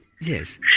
Yes